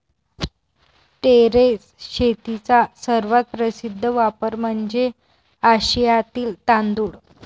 terrace शेतीचा सर्वात प्रसिद्ध वापर म्हणजे आशियातील तांदूळ